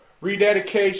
rededication